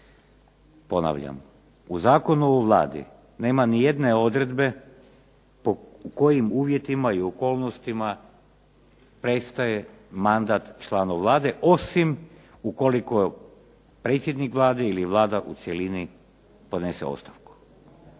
Ponavljam, u Zakonu o Vladi nema nijedne odredbe po kojim uvjetima i okolnostima prestaje mandat članu Vlade osim ukoliko predsjednik Vlade ili Vlada u cjelini podnese ostavku.